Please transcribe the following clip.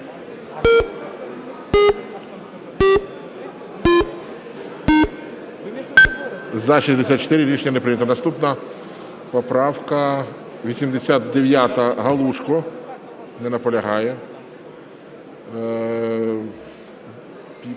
За-64 Рішення не прийнято. Наступна поправка 89 Галушко. Не наполягає.